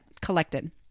collected